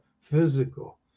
physical